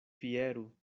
fieru